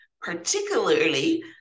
particularly